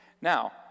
Now